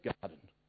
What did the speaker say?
garden